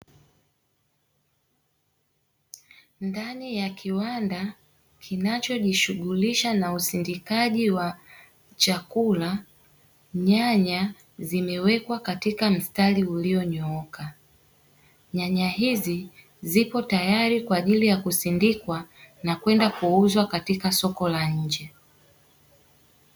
Ndani ya kiwanda kinachojishughulisha na usindikaji wa chakula, nyanya zimewekwa katika mstari ulionyooka. Nyanya hizi zipo tayari kwa ajili ya kusindikwa na kwenda kuuzwa katika soko la nje.